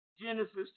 Genesis